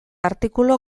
artikulu